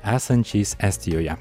esančiais estijoje